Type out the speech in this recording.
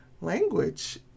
language